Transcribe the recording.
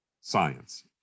science